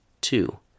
Two